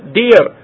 dear